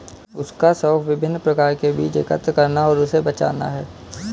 उसका शौक विभिन्न प्रकार के बीज एकत्र करना और उसे बचाना है